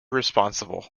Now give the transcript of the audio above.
responsible